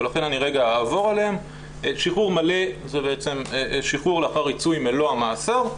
ולכן אעבור עליהם: שחרור מלא שיחרור לאחר ריצוי מלוא המאסר,